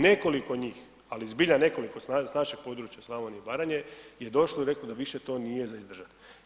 Nekoliko njih, ali zbilja nekoliko s našeg područja Slavonije i Baranje je došlo i reklo da više to nije za izdržat.